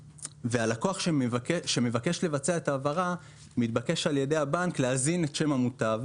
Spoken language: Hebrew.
הלקוח שמבקש לבצע את ההעברה מתבקש על ידי הבנק להזין את שם המוטב,